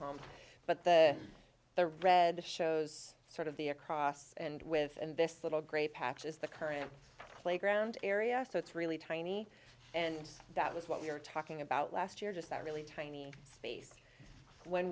home but the the red the shows sort of the across and with and this little gray patch is the current playground area so it's really tiny and that was what we were talking about last year just that really tiny space when